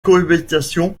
cohabitation